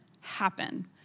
happen